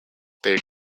they